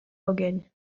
ogień